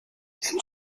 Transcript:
and